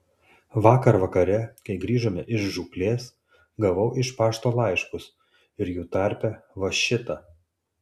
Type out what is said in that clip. vakar vakare kai grįžome iš žūklės gavau iš pašto laiškus ir jų tarpe va šitą